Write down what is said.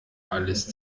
alles